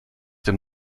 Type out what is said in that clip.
dem